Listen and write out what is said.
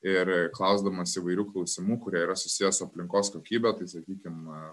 ir klausdamas įvairių klausimų kurie yra susiję su aplinkos kokybę tai sakykime a